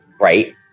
right